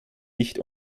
nicht